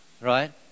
Right